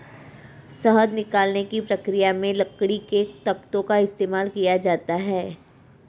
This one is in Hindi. शहद निकालने की प्रक्रिया में लकड़ी के तख्तों का इस्तेमाल किया जाता है